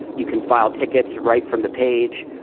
you can file tickets right from the page.